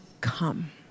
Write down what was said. come